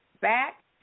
back